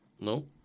No